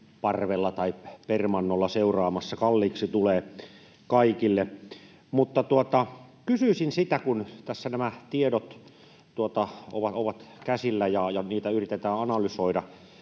parvella tai permannolla seuraamassa — kalliiksi tulee kaikille. Kun tässä nämä tiedot ovat käsillä, ja niitä yritetään analysoida...